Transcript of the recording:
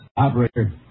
Operator